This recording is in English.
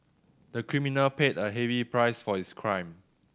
the criminal paid a heavy price for his crime